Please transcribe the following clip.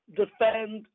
defend